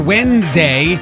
Wednesday